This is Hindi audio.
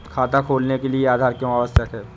खाता खोलने के लिए आधार क्यो आवश्यक है?